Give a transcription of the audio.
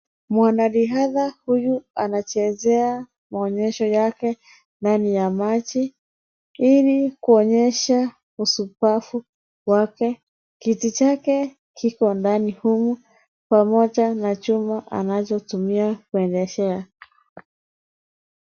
Mwanariadha huyu anachezea maonyesho yake ndani ya maji ili kuonyesha ushupavu wake. Kiti chake kiko ndani humu, pamoja na chuma anazotumia kuendeshea.